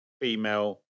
female